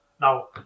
Now